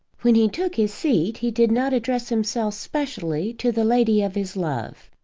when he took his seat he did not address himself specially to the lady of his love.